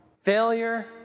failure